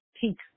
pink